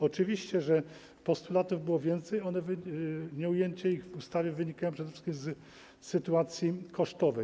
Oczywiście, że postulatów było więcej, a nieujęcie ich w ustawie wynika przede wszystkim z kosztów.